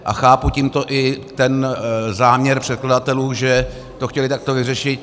A chápu tímto i ten záměr předkladatelů, že to chtěli takto vyřešit.